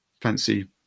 fancy